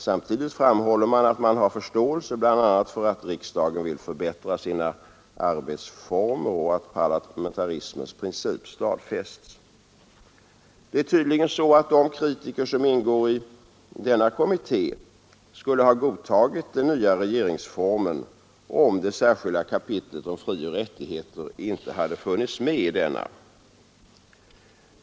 Samtidigt framhålles att man har förståelse bl.a. för att riksdagen vill förbättra sina arbetsformer och att parlamentarismens princip stadfästes. Det är tydligen så att de kritiker som ingår i denna kommitté skulle ha godtagit den nya regeringsformen om det särskilda kapitlet om frioch rättigheter inte hade funnits med i denna.